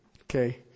okay